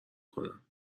کنم